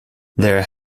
there